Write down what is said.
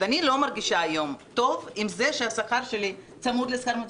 אני לא מרגישה היום טוב עם זה שהשכר שלי צמוד לשכר הממוצע,